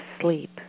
sleep